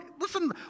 listen